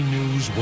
News